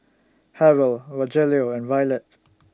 Harold Rogelio and Violette